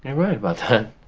and right about